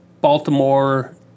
Baltimore